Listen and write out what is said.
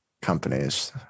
companies